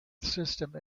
system